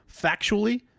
factually